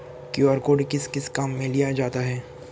QR code किस किस काम में लिया जाता है?